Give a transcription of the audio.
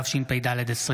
התשפ"ד 2024,